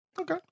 Okay